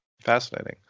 Fascinating